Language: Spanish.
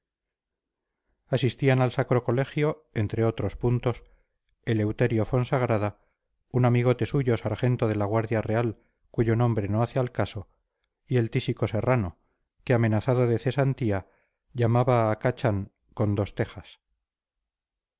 asistían al sacro colegio entre otros puntos eleuterio fonsagrada un amigote suyo sargento de la guardia real cuyo nombre no hace al caso y el tísico serrano que amenazado de cesantía llamaba a cachán con dos tejas